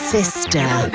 Sister